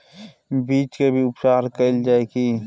बीज के भी उपचार कैल जाय की?